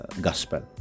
gospel